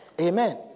Amen